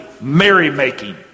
merrymaking